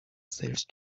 سرچ